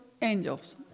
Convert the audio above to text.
angel's